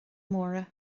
móra